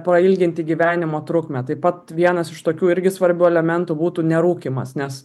pailginti gyvenimo trukmę taip pat vienas iš tokių irgi svarbių elementų būtų nerūkymas nes